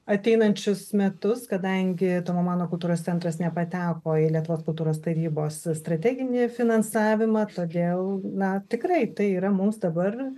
ateinančius metus kadangi tomo mano kultūros centras nepateko į lietuvos kultūros tarybos strateginį finansavimą todėl na tikrai tai yra mums dabar